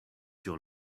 your